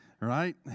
right